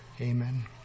Amen